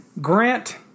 Grant